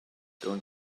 don’t